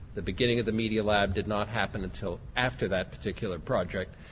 the beginning of the media lab did not happen until after that particular project.